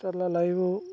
హాట్స్టార్ల live